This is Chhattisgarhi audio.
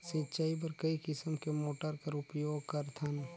सिंचाई बर कई किसम के मोटर कर उपयोग करथन?